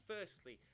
Firstly